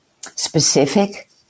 specific